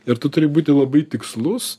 ir tu turi būti labai tikslus